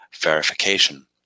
verification